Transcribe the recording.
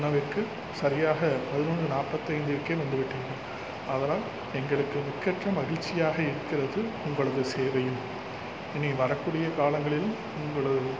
உணவிற்கு சரியாக பதினொன்று நாற்பத்தைந்திற்கே வந்துவிட்டீர்கள் அதனால் எங்களுக்கு மிக்கற்ற மகிழ்ச்சியாக இருக்கிறது உங்களது சேவையில் இனி வரக்கூடிய காலங்களிலும் உங்களது